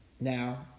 Now